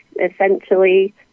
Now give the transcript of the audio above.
essentially